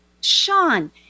Sean